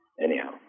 Anyhow